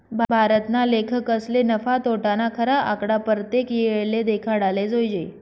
भारतना लेखकसले नफा, तोटाना खरा आकडा परतेक येळले देखाडाले जोयजे